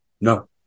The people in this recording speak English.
No